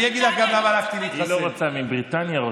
זה מבריטניה.